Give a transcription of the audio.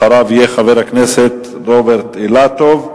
אחריו יהיה חבר הכנסת רוברט אילטוב,